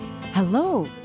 Hello